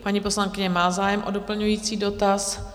Paní poslankyně má zájem o doplňující dotaz.